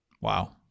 Wow